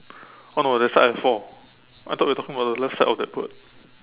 oh no that side I have four I thought we're talking about the left side of that bird